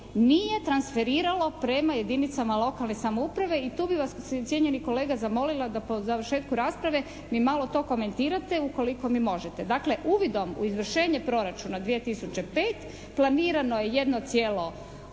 nije transferiralo prema jedinicama lokalne samouprave i tu bi vas, cijenjeni kolega, zamolila da po završetku rasprave mi malo to komentirate ukoliko mi možete. Dakle, uvidom u izvršenje Proračuna 2005. planirano je 1,8, 1,7,